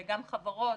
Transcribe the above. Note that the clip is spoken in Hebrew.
גם חברות,